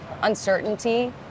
uncertainty